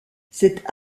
cet